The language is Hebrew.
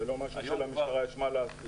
היום --- זה לא משהו שלמשטרה יש מה לעשות.